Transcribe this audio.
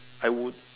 I would